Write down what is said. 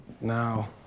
Now